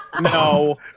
No